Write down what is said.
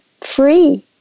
free